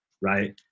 right